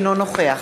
אינו נוכח